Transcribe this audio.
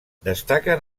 destaquen